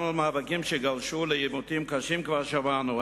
גם על מאבקים שגלשו לעימותים קשים כבר שמענו.